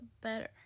better